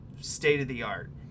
state-of-the-art